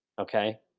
okay